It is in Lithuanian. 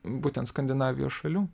būtent skandinavijos šalių